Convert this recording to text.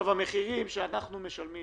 המחירים שאנחנו משלמים